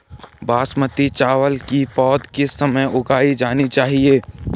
बासमती चावल की पौध किस समय उगाई जानी चाहिये?